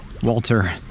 Walter